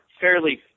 Fairly